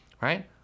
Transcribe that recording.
right